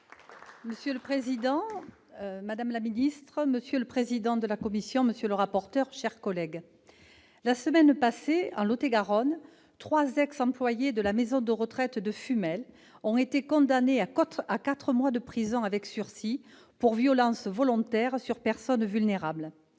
Monsieur le président, madame la ministre, monsieur le président de la commission, monsieur le rapporteur, mes chers collègues, la semaine dernière, en Lot-et-Garonne, trois ex-employées de la maison de retraite de Fumel ont été condamnées à quatre mois de prison avec sursis pour violences volontaires sur personnes vulnérables.